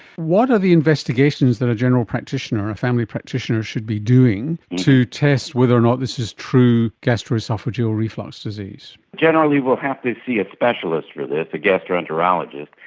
what are the investigations that a general practitioner, a family practitioner should be doing to test whether or not this is true gastro-oesophageal reflux disease? generally we will have to see a specialist for this, a gastroenterologist.